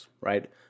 Right